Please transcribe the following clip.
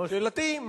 שאלתי היא,